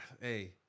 Hey